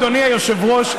אדוני היושב-ראש,